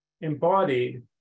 embodied